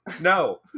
No